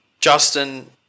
Justin